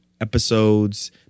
episodes